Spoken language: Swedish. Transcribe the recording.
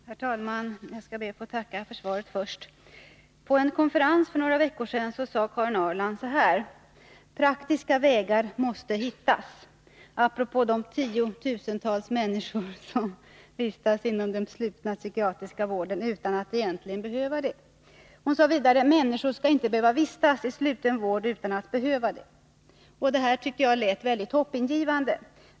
Herr talman! Jag skall först be att få tacka för svaret. På en konferens för några veckor sedan sade Karin Ahrland apropå de tiotusentals människor som vistas inom den slutna psykiatriska vården utan att egentligen behöva det, att ”praktiska vägar måste hittas”. Hon sade vidare: ”Människor skall inte behöva vistas i sluten vård utan att behöva det.” Det här lät mycket hoppingivande.